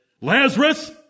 Lazarus